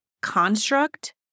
construct